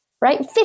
right